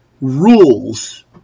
rules